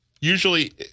usually